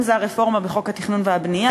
אם הרפורמה בחוק התכנון והבנייה,